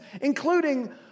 Including